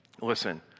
Listen